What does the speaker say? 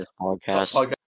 podcast